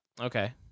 Okay